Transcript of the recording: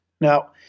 Now